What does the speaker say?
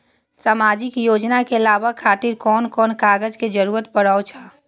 सामाजिक योजना के लाभक खातिर कोन कोन कागज के जरुरत परै छै?